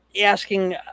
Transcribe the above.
asking